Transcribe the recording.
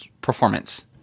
performance